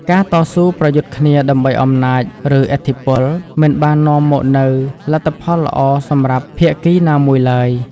ការតស៊ូប្រយុទ្ធគ្នាដើម្បីអំណាច ឬឥទ្ធិពល មិនបាននាំមកនូវលទ្ធផលល្អសម្រាប់ភាគីណាមួយឡើយ។